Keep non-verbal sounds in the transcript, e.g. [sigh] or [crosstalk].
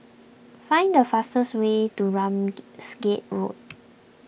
find the fastest way to Ramsgate Road [noise]